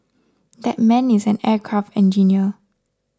that man is an aircraft engineer